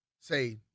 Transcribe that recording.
say